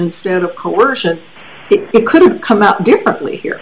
instead of coercion it could come out differently here